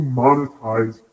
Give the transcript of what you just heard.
monetize